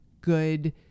good